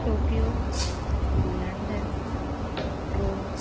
Tokyo London Rome